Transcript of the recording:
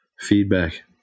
Feedback